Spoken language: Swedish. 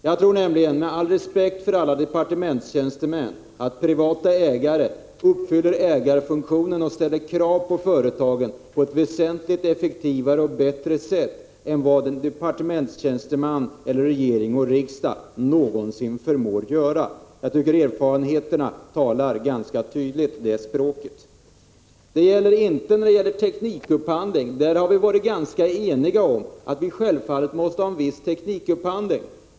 Jag tror nämligen, med all respekt för alla departementstjänstemän, att privata ägare uppfyller ägarfunktionen och ställer krav på företagen på ett väsentligt effektivare och bättre sätt än vad en departementstjänsteman eller regering och riksdag någonsin förmår göra. Jag tycker att erfarenheterna på det området talar ett ganska tydligt språk. När det gäller teknikupphandling har vi varit ganska eniga om att vi självfallet måste ha en viss sådan statlig upphandling.